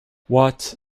what